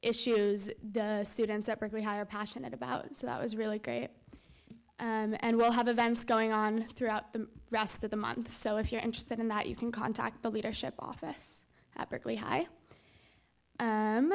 issues students at berkeley higher passionate about so that was really great and we'll have events going on throughout the rest of the month so if you're interested in that you can contact the leadership office at berkeley high